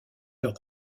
leur